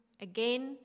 again